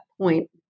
point